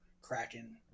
Kraken